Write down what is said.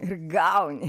ir gauni